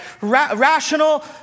rational